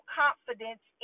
confidence